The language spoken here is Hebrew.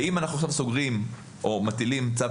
אם אנחנו עכשיו סוגרים או מטילים צו